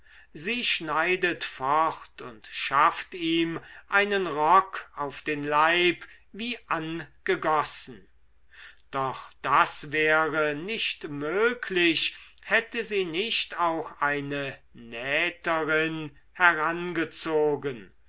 sie schneidet fort und schafft ihm einen rock auf den leib wie angegossen doch das wäre nicht möglich hätte sie nicht auch eine nähterin herangezogen